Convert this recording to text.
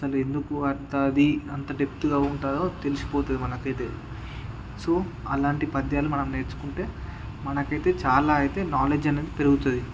అసలు ఎందుకు అంత అది అంత డెప్త్గా ఉంటుందో తెలిసిపోతుంది మనకైతే సో అలాంటి పద్యాలు మనం నేర్చుకుంటే మనకైతే చాలా అయితే నాలెడ్జ్ అనేది పెరుగుతుంది